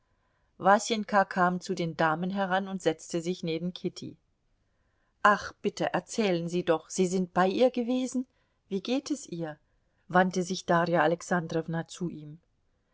wasenka kam zu den damen heran und setzte sich neben kitty ach bitte erzählen sie doch sie sind bei ihr gewesen wie geht es ihr wandte sich darja alexandrowna zu ihm